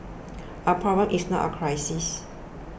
a problem is not a crisis